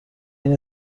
این